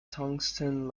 tungsten